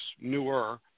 newer